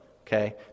okay